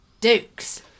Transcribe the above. Dukes